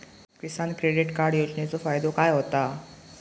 किसान credit card योजनेचो फायदो काय होता?